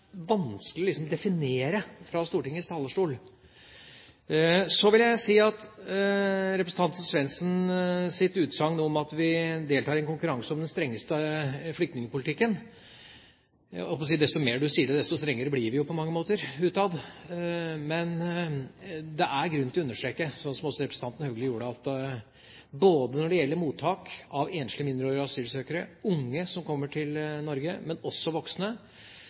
vanskelig å definere fra Stortingets talerstol. Så til representanten Svendsens utsagn om at vi deltar i en konkurranse om den strengeste flyktningpolitikken: Jeg holdt på å si at jo mer du sier det, desto strengere blir vi jo på mange måter, utad. Men det er grunn til å understreke, slik også representanten Haugli gjorde, at både når det gjelder mottak av enslige mindreårige asylsøkere, unge som kommer til Norge, men også voksne,